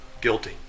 guilty